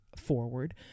forward